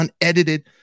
unedited